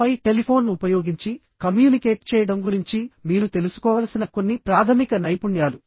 ఆపై టెలిఫోన్ ఉపయోగించి కమ్యూనికేట్ చేయడం గురించి మీరు తెలుసుకోవలసిన కొన్ని ప్రాథమిక నైపుణ్యాలు